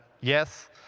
yes